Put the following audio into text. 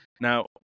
now